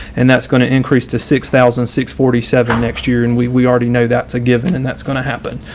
and that's going to increase to six thousand and six forty seven next year, and we we already know that to give and and that's going to happen.